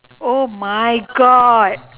oh my god